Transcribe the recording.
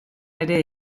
ere